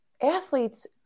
athletes